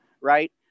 Right